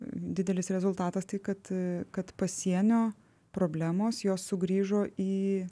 didelis rezultatas tai kad kad pasienio problemos jos sugrįžo į